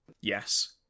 Yes